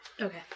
Okay